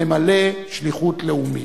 הממלא שליחות לאומית.